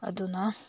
ꯑꯗꯨꯅ